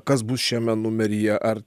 kas bus šiame numeryje ar